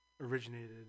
originated